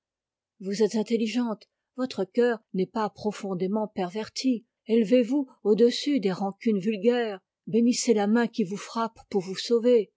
vous êtes intelligente votre cœur n'est pas profondément perverti élevez-vous au-dessus des rancunes vulgaires bénissez la main qui vous frappe pour vous sauver